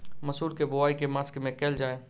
मसूर केँ बोवाई केँ के मास मे कैल जाए?